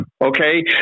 Okay